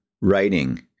writing